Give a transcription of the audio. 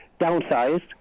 downsized